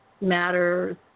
matters